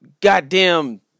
goddamn